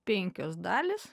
penkios dalys